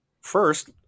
first